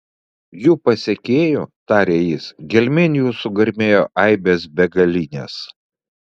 jų pasekėjų tarė jis gelmėn jų sugarmėjo aibės begalinės